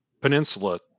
peninsula